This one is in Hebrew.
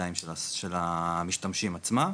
בידיים של המשתמשים עצמם.